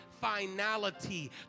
finality